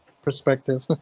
Perspective